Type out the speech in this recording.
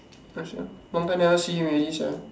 ya sia long time never see him already sia